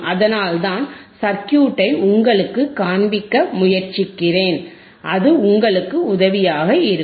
அதனால்தான் சர்க்யூட்டை உங்களுக்கு காண்பிக்க முயற்சிக்கிறேன் அது உங்களுக்கு உதவியாக இருக்கும்